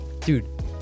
Dude